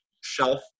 shelf